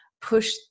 push